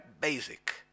basic